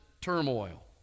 turmoil